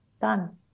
Done